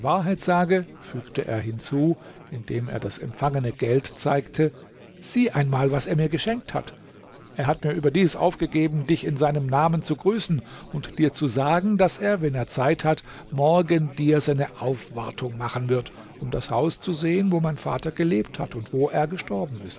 wahrheit sage fügte er hinzu indem er das empfangene geld zeigte sieh einmal was er mir geschenkt hat er hat mir überdies aufgegeben dich in seinem namen zu grüßen und dir zu sagen daß er wenn er zeit hat morgen dir seine aufwartung machen wird um das haus zu sehen wo mein vater gelebt hat und wo er gestorben ist